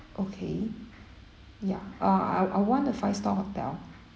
okay ya ah I I want the five star hotel